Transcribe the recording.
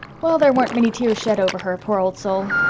well, there weren't many tears shed over her, poor old soul.